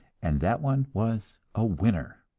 and that one was a winner.